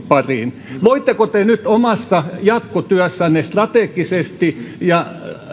pariin voitteko te nyt omassa jatkotyössänne strategisesti ja